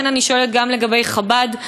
לכן אני שואלת גם לגבי חב"ד.